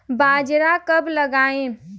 बाजरा कब लगाएँ?